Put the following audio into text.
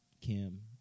Kim